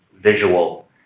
visual